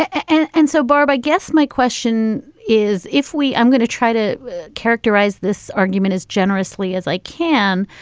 and and so, barb, i guess my question is, if we i'm going to try to characterize this argument as generously as i can.